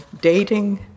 Dating